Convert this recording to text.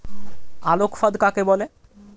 আলোক ফাঁদ কাকে বলে?